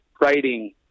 writing